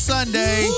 Sunday